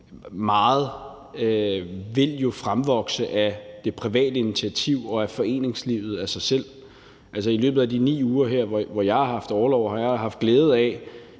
frem af sig selv ud af det private initiativ og af foreningslivet. I løbet af de 9 uger her, hvor jeg har haft orlov, har jeg haft glæde af